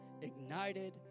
Ignited